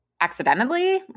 accidentally